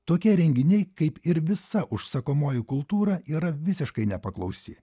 tokie renginiai kaip ir visa užsakomoji kultūra yra visiškai nepaklausi